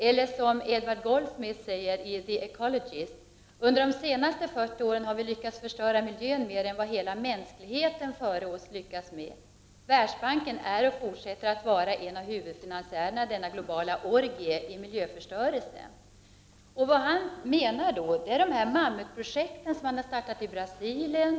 Edward Goldsmith beskrev det på följande sätt i The Ecologist: Under de senaste 40 åren har vi lyckats förstöra miljön mer än vad hela mänskligheten före oss har lyckats med. Världsbanken är och fortsätter att vara en av huvudfinansiärerna i denna globala orgie av miljöförstörelse. Goldsmith syftar på de mammutprojekt som har startats på olika håll i världen.